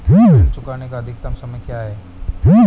ऋण चुकाने का अधिकतम समय क्या है?